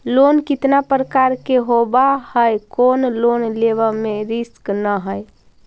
Loan कितना प्रकार के होबा है कोन लोन लेब में रिस्क न है?